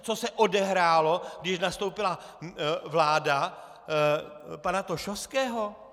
Co se odehrálo, když nastoupila vláda pana Tošovského?